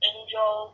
Angel